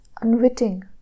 unwitting